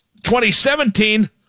2017